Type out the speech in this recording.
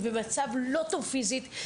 היא במצב לא טוב פיזית,